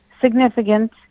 significant